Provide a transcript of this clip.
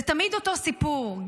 זה תמיד אותו סיפור,